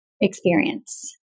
experience